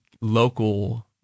local